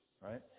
right